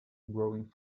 growing